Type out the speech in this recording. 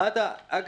אין חולק.